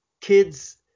kids